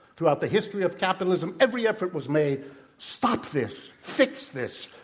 throughout the history of capitalism, every effort was made stop this, fix this,